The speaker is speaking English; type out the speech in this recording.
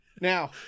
Now